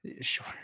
Sure